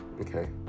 okay